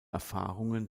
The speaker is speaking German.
erfahrungen